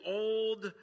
old